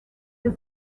his